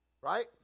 Right